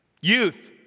Youth